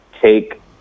take